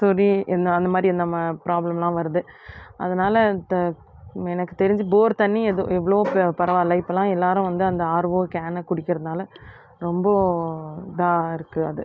சொறி இந்த அந்தமாதிரி நம்ம ப்ராப்ளம்லாம் வருது அதனால த எனக்கு தெரிஞ்சு போர் தண்ணி எது எவ்வளோ ப பரவாயில்ல இப்போலாம் எல்லாரும் வந்து அந்த ஆர்வோ கேனை குடிக்கிறதனால ரொம்ப இதாக இருக்குது அது